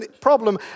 problem